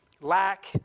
lack